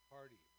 Party